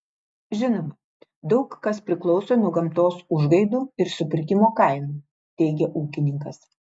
žinoma daug kas priklauso nuo gamtos užgaidų ir supirkimo kainų teigė ūkininkas